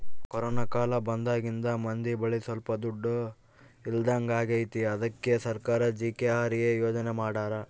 corona ಕಾಲ ಬಂದಾಗಿಂದ ಮಂದಿ ಬಳಿ ಸೊಲ್ಪ ದುಡ್ಡು ಇಲ್ದಂಗಾಗೈತಿ ಅದ್ಕೆ ಸರ್ಕಾರ ಜಿ.ಕೆ.ಆರ್.ಎ ಯೋಜನೆ ಮಾಡಾರ